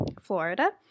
Florida